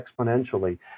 exponentially